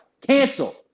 Cancel